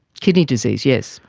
kidney disease, yes.